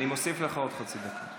אני מוסיף לך עוד חצי דקה.